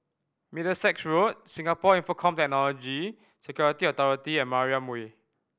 Middlesex Road Singapore Infocomm Technology Security Authority and Mariam Way